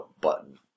button